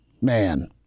man